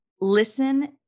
listen